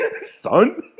Son